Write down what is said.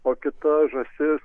o kita žąsis